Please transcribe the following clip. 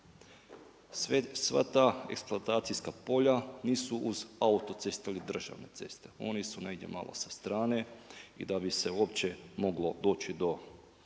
Sva ta eksploatacijska polja nisu uz autoceste ili državne ceste. Oni su negdje malo sa strane. I da bi se uopće moglo doći do